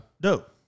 Dope